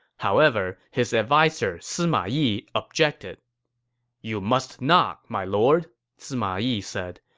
however, his adviser sima yi objected you must not, my lord, sima yi said.